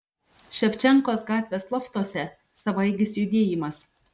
ševčenkos gatvės loftuose savaeigis judėjimas